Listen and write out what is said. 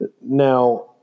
Now